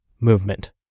movement